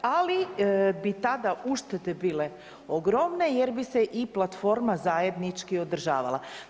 Ali bi tada uštede bile ogromne, jer bi se i platforma zajednički održavala.